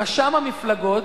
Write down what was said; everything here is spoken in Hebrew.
רשם המפלגות,